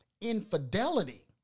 infidelity